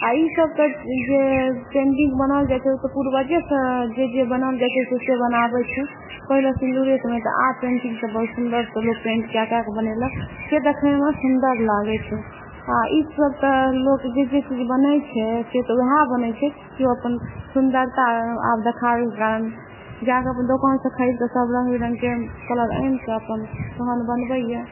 आओर ईसब तऽ जे पेन्टिङ्ग बनाओल जाइ छै ओ तऽ पूर्वजेसँ जे जे बनाओल जाइ छै से बनाबै छै पहिले सिन्दूरेसँ बनेतै आब पेन्टिङ्गसँ बहुत सुन्दरसँ लोक पेन्ट कऽ कऽ बनेलक जे देखैमे सुन्दर लागै छै आओर ईसब तऽ लोक जे जे चीज बनै छै से तऽ वएह बनै छै कि ओ अपन सुन्दरता आब देखाबैके कारण जाकऽ अपन दोकानसँ खरीदकऽ सब रङ्ग बिरङ्गके कलर आनिकऽ अपन तहन बनबैए